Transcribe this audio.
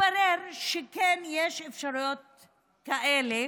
התברר שכן יש אפשרויות כאלה,